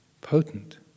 potent